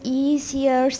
easier